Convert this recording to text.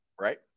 Right